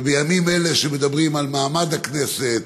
ובימים אלה, כשמדברים על מעמד הכנסת,